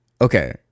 Okay